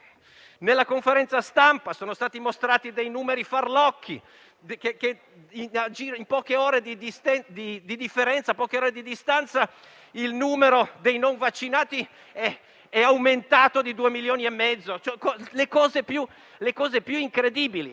nella conferenza stampa sono stati mostrati dai numeri farlocchi e a poche ore di distanza il numero dei non vaccinati è aumentato di due milioni e mezzo. Succedono le cose più incredibili.